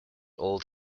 old